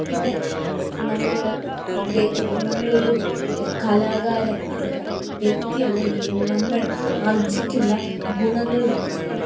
പിന്നെ നമ്മള് വേ നമ്മൾ ഒരു കലാകാരൻ ആകാൻ വ്യക്തിയെന്ന നിലയിൽ നമ്മൾ ആർജ്ജിക്കുന്ന ഗുണങ്ങളുണ്ട് ചില